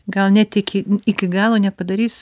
gal net iki iki galo nepadarys